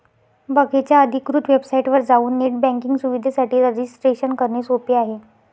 बकेच्या अधिकृत वेबसाइटवर जाऊन नेट बँकिंग सुविधेसाठी रजिस्ट्रेशन करणे सोपे आहे